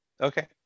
Okay